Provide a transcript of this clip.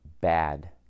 bad